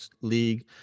league